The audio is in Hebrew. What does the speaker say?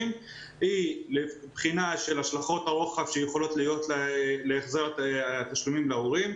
היא בחינה של השלכות הרוחב שיכולות להיות להחזר התשלומים להורים.